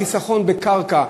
חיסכון בקרקע,